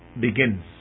begins